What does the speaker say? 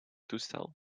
toestel